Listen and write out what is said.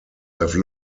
have